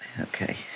Okay